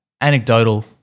Anecdotal